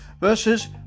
versus